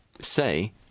Say